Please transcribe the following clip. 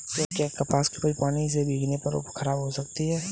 क्या कपास की उपज पानी से भीगने पर खराब हो सकती है?